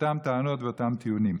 אותן טענות ואותם טיעונים.